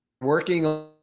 working